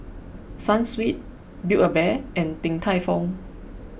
Sunsweet Build A Bear and Din Tai Fung